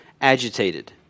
agitated